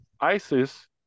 ISIS